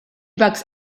bucks